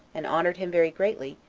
and honored him very greatly,